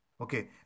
Okay